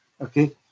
okay